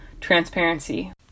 transparency